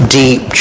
deep